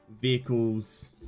vehicles